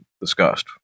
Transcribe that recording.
discussed